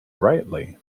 rightly